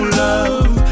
love